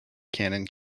canon